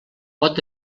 pot